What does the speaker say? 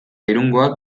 irungoak